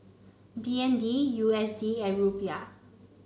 B N D U S D and Rupiah